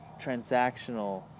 transactional